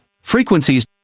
Frequencies